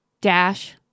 Dash